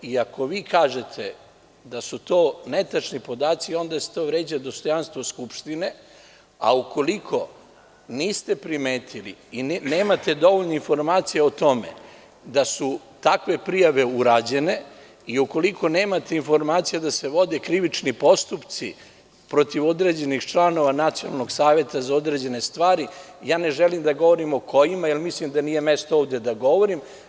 Ako kažete da su to netačni podaci, onda to vređa dostojanstvo skupštine, a ukoliko niste primetili i nemate dovoljno informacija o tome da su takve prijave urađene i ukoliko nemate informacije da se vode krivični postupci protiv određenih članova Nacionalnog saveta za određene stvari, ne želim da govorim o kojima jer mislim da nije mesto ovde da govorim.